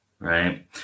Right